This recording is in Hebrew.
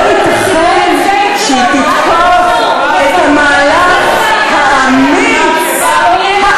"לא ייתכן" שהיא "תתקוף את המהלך האמיץ" תודה רבה.